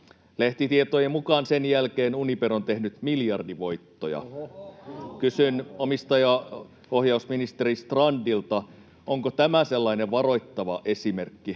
Lehtitietojen mukaan sen jälkeen Uniper on tehnyt miljardivoittoja. [Perussuomalaisten ryhmästä: Ohhoh!] Kysyn omistajaohjausministeri Strandilta: onko tämä sellainen varoittava esimerkki,